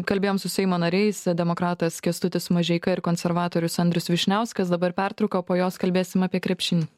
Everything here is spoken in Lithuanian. kalbėjom su seimo nariais demokratas kęstutis mažeika ir konservatorius andrius vyšniauskas dabar pertrauka po jos kalbėsim apie krepšinį